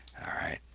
alright,